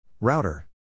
router